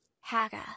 Haga